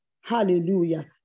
Hallelujah